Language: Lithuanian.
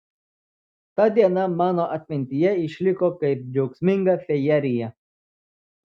ta diena mano atmintyje išliko kaip džiaugsminga fejerija